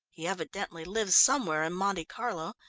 he evidently lived somewhere in monte carlo,